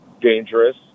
dangerous